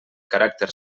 caràcter